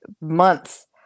months